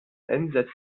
entsetzte